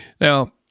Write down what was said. Now